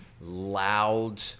loud